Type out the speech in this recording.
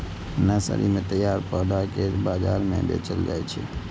nursery मे तैयार पौधा कें बाजार मे बेचल जाइ छै